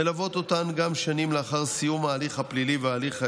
ומלוות אותן גם שנים לאחר סיום ההליך הפלילי וההליך האזרחי.